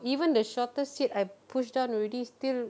even the shortest seat I push down already still